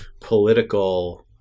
political